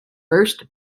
first